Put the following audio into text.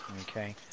Okay